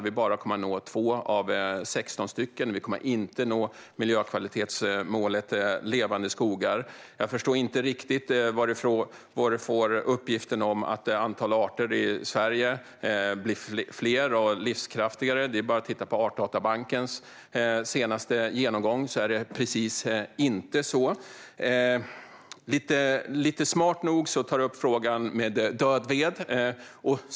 Vi kommer att nå bara 2 av 16 stycken, och vi kommer inte att nå miljökvalitetsmålet om levande skogar. Jag förstår inte riktigt varifrån du får uppgifterna om att arterna blir fler och livskraftigare i Sverige, Johan Hultberg - det är bara att titta på Artdatabankens senaste genomgång och se att det är precis tvärtom. Smart nog tar du upp frågan om död ved.